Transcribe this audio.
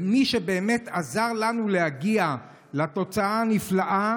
מי שבאמת עזר לנו להגיע לתוצאה הנפלאה